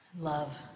love